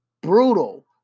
brutal